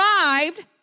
arrived